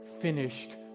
finished